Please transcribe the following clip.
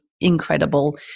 Incredible